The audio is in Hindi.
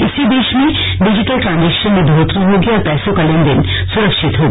इससे देश में डिजिटल ट्रांजेक्शन में बढ़ोतरी होगी और पैसों का लेनदेन सुरक्षित होगा